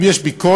אם יש ביקורת,